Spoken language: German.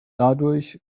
dadurch